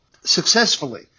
successfully